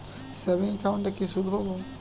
Savings একাউন্টে কি সুদ পাব?